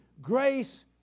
grace